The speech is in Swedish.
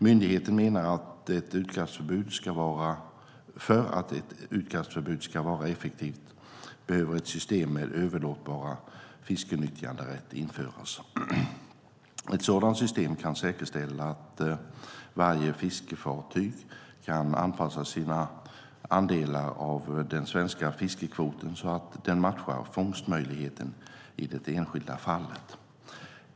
Myndigheten menar att för att ett utkastförbud ska vara effektivt behöver ett system med överlåtbara fiskenyttjanderätter införas. Ett sådant system kan säkerställa att varje fiskefartyg kan anpassa sina andelar av den svenska fiskekvoten så att den matchar fångstmöjligheterna i det enskilda fallet.